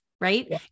right